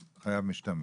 משתמט.